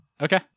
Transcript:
Okay